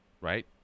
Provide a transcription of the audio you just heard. Right